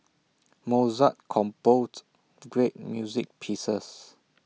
Mozart composed great music pieces